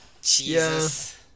Jesus